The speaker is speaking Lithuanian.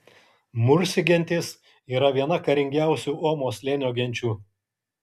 mursi gentis yra viena karingiausių omo slėnio genčių